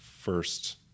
first